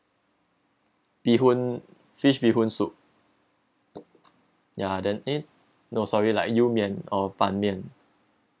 bee hoon fish bee hoon soup ya then eh no sorry like you mian or ban mian